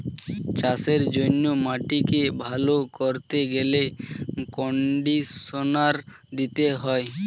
চাষের জন্য মাটিকে ভালো করতে গেলে কন্ডিশনার দিতে হয়